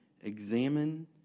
examine